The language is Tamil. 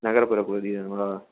நகர்ப்புற பகுதி வேணுங்களா